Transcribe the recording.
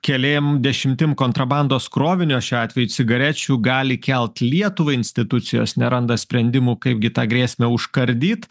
kelėm dešimtim kontrabandos krovinio šiuo atveju cigarečių gali kelt lietuvai institucijos neranda sprendimų kaipgi tą grėsmę užkardyt